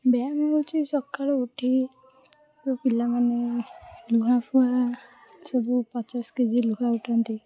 ବ୍ୟାୟାମ ହେଉଛି ସକାଳୁ ଉଠି କେଉଁ ପିଲାମାନେ ଲୁହାଫୁହା ସବୁ ପଚାଶ କେ ଜି ଲେଖାଁ ଉଠାନ୍ତି